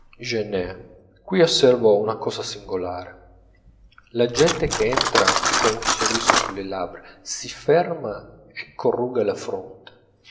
qui osservo una cosa singolare la gente che entra con un sorriso sulle labbra si ferma e corruga la fronte